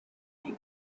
egg